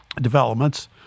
developments